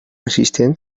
resistent